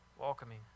welcoming